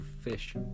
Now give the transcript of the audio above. fish